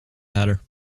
hatter